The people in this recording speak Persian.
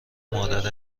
مادر